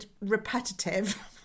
repetitive